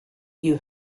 you